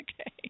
Okay